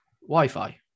Wi-Fi